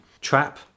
trap